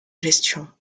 gestion